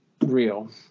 real